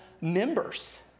members